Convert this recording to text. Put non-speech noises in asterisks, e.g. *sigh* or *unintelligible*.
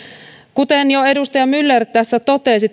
kuten jo edustaja myller tässä totesi *unintelligible*